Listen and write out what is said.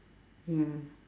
ya